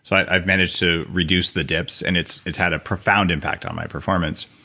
so i managed to reduce the dips and it's it's had a profound impact on my performance.